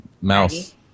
Mouse